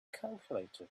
calculator